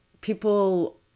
people